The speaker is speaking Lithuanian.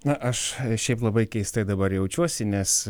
na aš šiaip labai keistai dabar jaučiuosi nes